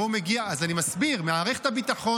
אין להם מס --- אז אני מסביר: מערכת הביטחון,